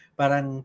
parang